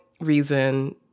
reason